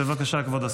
בבקשה, כבוד השר.